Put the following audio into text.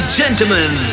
gentlemen